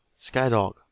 Skydog